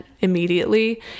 immediately